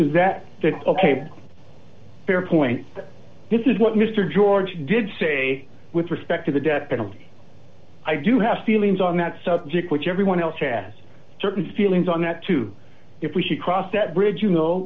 does that fit ok fair point this is what mr george did say with respect to the death penalty i do have feelings on that subject which everyone else has certain feelings on that too if we should cross that bridge you know